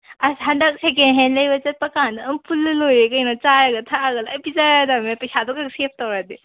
ꯑꯁ ꯍꯟꯗꯛ ꯁꯦꯀꯦꯟ ꯍꯦꯟ ꯂꯩꯕ ꯆꯠꯄ ꯀꯥꯟꯗ ꯑꯗꯨꯝ ꯄꯨꯜꯂ ꯂꯣꯏꯔꯦ ꯀꯩꯅꯣ ꯆꯥꯔꯒ ꯊꯛꯑꯒ ꯂꯣꯏ ꯄꯤꯖꯔꯗꯕꯅꯦ ꯄꯩꯁꯥꯗꯨꯈꯛ ꯁꯦꯞ ꯇꯧꯔꯗꯤ